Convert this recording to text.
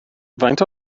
faint